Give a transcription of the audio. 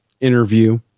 Interview